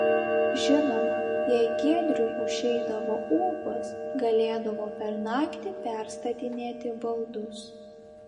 žinoma jei giedriui užeidavo ūpas galėdavo per naktį perstatinėti baldus